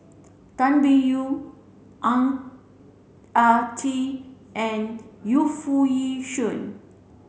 Tan Biyun Ang Ah Tee and Yu Foo Yee Shoon